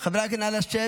חבריי חברי הכנסת,